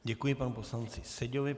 Děkuji panu poslanci Seďovi.